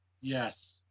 Yes